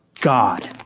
God